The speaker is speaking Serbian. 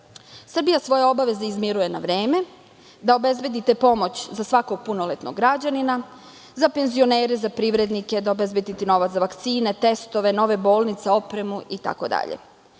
Srbija svoje obaveze izmiruje na vreme, da obezbedite pomoć za svakogpunoletnog građanina, za penzionere, za privrednike da obezbedite novaca za vakcine, testove, nove bolnice, opremu i